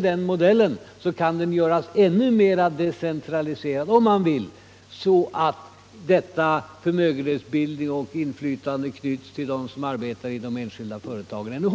den modellen kan göras ännu mera decentraliserad, om man vill, så att förmögenhetsbildning och inflytande knyts ännu hårdare till dem som arbetar inom de enskilda företagen.